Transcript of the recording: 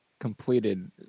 completed